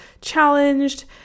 challenged